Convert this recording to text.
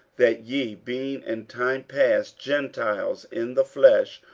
that ye being in time past gentiles in the flesh,